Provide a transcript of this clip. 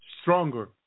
stronger